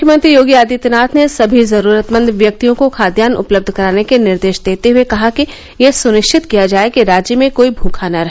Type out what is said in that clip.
मुख्यमंत्री योगी आदित्यनाथ ने सभी जरूरतमंद व्यक्तियों को खाद्यान्न उपलब्ध कराने के निर्देश देते हुए कहा कि यह सुनिश्चित किया जाए कि राज्य में कोई भूखा न रहे